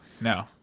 No